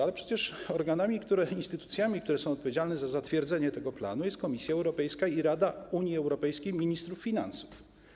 Ale przecież organami, instytucjami, które są odpowiedzialne za zatwierdzenie tego planu, są Komisja Europejska i Rada Unii Europejskiej ministrów finansów.